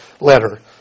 letter